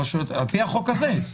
על-פי החוק הזה.